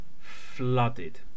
flooded